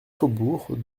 faubourg